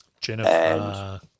Jennifer